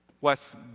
Wes